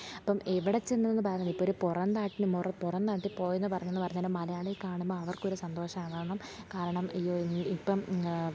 ഇപ്പം എവിടെ ചെന്നു എന്ന് പറഞ്ഞാൽ ഇപ്പോൾ ഒരു പുറം നാട്ടിൽ മൊറം പുറം നാട്ടിൽ പോയെന്ന് പറഞ്ഞെന്ന് പറഞ്ഞാലും മലയാളിയെ കാണുമ്പം അവർക്കൊരു സന്തോഷമാണ് കാരണം കാരണം ഈയൊരു ഇപ്പം